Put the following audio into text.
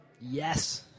yes